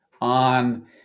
on